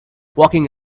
walking